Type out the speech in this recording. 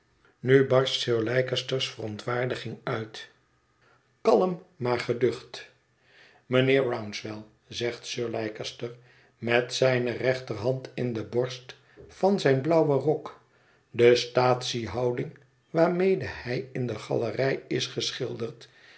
nu barst sir leicester's verontwaardiging uit kalm maar geducht mijnheer rouncewell zegt sir leicester met zijne rechterhand in de borst van zijn blauwen rok de staatsiehouding waarmede hij in de galerij is geschilderd